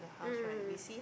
mm mm mm